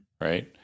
right